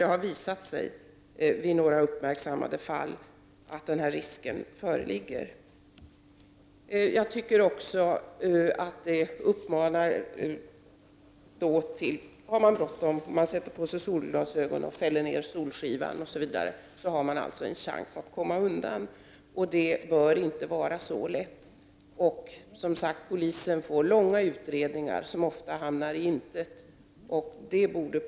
Det har ju visat sig vid några uppmärksammade fall att denna risk föreligger. Jag tycker också att detta uppmanar till att man om man har bråttom sätter på sig solglasögon, fäller ner solskivan osv, och då har man en chans att komma undan. Det bör inte vara så lätt. Polisen får också, som sagt, göra långa utredningar som ofta resulterar i intet.